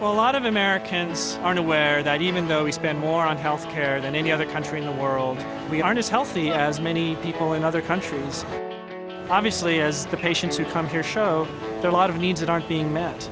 by a lot of americans aren't aware that even though we spend more on health care than any other country in the world we aren't as healthy as many people in other countries obviously as the patients who come here show a lot of needs that aren't being met